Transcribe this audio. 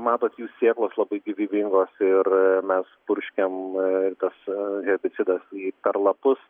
matot jų sėklos labai gyvybingos ir mes purškiam tas herbicidas į per lapus